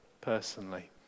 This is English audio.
personally